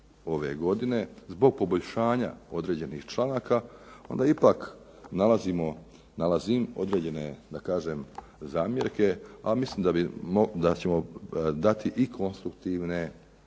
ove godine zbog poboljšanja određenih članaka onda ipak nalazim određene da kažem zamjerke, a mislim da ćemo dati i konstruktivne